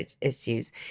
issues